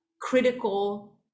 critical